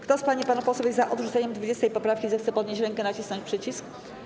Kto z pań i panów posłów jest za odrzuceniem 20. poprawki, zechce podnieść rękę i nacisnąć przycisk.